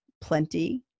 plenty